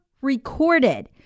recorded